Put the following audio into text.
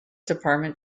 department